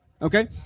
Okay